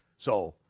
so,